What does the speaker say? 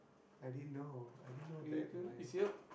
I didn't know I didn't know that my